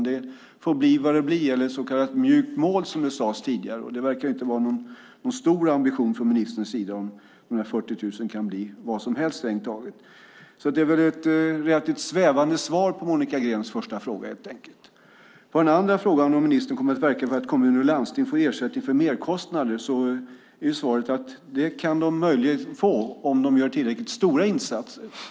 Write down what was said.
Det får bli vad det blir, ett mjukt mål, som sades tidigare. Det verkar inte vara någon stor ambition från ministerns sida när 40 000 kan bli strängt taget vad som helst. Det är ett relativt svävande svar på Monica Greens första fråga, helt enkelt. På den andra frågan, om ministern kommer att verka för att kommuner och landsting får ersättning för merkostnader, är svaret att de möjligen kan få det om de gör tillräckligt stora insatser.